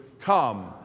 come